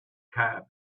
cab